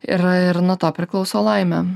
ir ir nuo to priklauso laimė